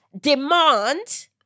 Demand